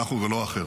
אנחנו ולא אחר,